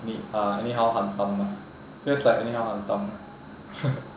any~ uh anyhow hantam lah just like anyhow hantam